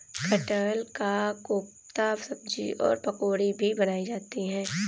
कटहल का कोफ्ता सब्जी और पकौड़ी भी बनाई जाती है